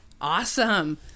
Awesome